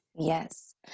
Yes